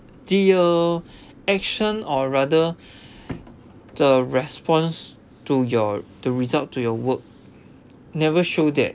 did your action or rather the response to your to result to your work never show that